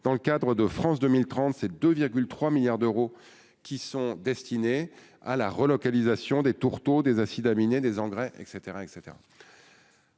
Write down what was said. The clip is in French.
dans le cadre de France 2030 ces deux 3 milliards d'euros qui sont destinés à la relocalisation des tourteaux, des acides aminés, des engrais, et